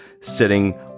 sitting